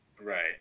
Right